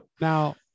Now